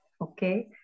Okay